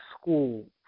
school